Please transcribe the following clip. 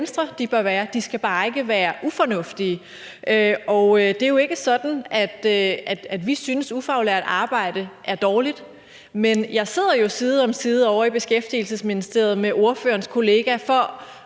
de bør være. De skal bare ikke være ufornuftige, og det er jo ikke sådan, at vi synes, at ufaglært arbejde er dårligt. Men jeg sidder jo side om side ovre i Beskæftigelsesministeriet med ordførerens kollega for